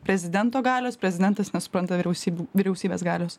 prezidento galios prezidentas nesupranta vyriausybių vyriausybės galios